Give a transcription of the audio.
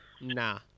nah